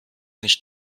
nicht